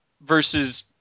Versus